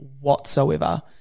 whatsoever